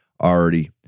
already